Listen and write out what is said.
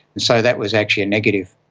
so that was actually a negative.